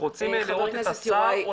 אנחנו רוצים לראות את השר,